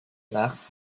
nach